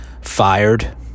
fired